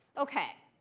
ok,